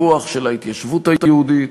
סיפוח של ההתיישבות היהודית.